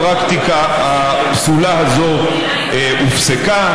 הפרקטיקה הפסולה הזו הופסקה.